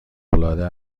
العاده